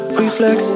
reflex